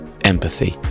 empathy